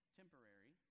temporary